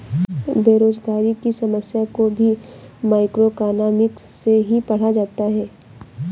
बेरोजगारी की समस्या को भी मैक्रोइकॉनॉमिक्स में ही पढ़ा जाता है